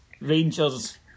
Rangers